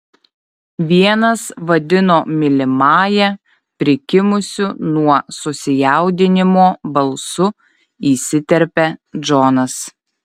vienas vadino mylimąja prikimusiu nuo susijaudinimo balsu įsiterpia džonas